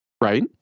right